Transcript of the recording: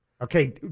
Okay